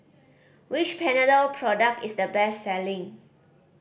which Panadol product is the best selling